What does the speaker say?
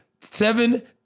seven